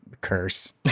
curse